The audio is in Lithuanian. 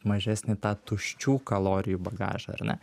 mažesnį tą tuščių kalorijų bagažą ar ne